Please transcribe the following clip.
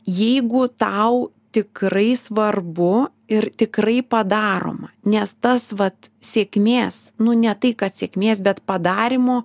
jeigu tau tikrai svarbu ir tikrai padaroma nes tas vat sėkmės nu ne tai kad sėkmės bet padarymo